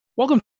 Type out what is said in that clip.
Welcome